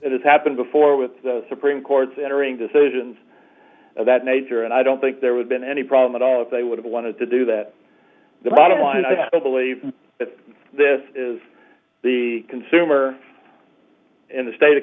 it has happened before with the supreme court's entering decisions of that nature and i don't think there would been any problem at all if they would have wanted to do that the bottom line i believe this is the consumer in the state of